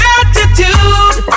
attitude